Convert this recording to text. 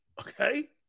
Okay